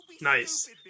Nice